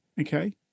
okay